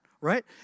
right